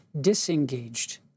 disengaged